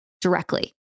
directly